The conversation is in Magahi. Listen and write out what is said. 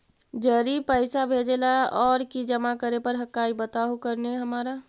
जड़ी पैसा भेजे ला और की जमा करे पर हक्काई बताहु करने हमारा?